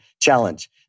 challenge